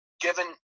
given